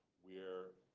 we're